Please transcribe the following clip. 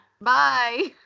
Bye